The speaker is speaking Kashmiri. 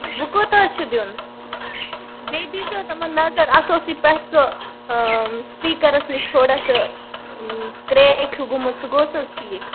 وۅنۍ کوتاہ حظ چھُ دیُن بیٚیہِ دییٖزیٚو تِمن نظر اتھ اوسُے پیٚٹھٕ سُہ سُپیٖکَرس نَش تھوڑا سُہ کرٛیک ہیٛوٗ گومُت سُہ گوٚو سا حظ ٹھیٖک